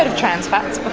um trans fats before?